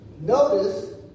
Notice